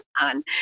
on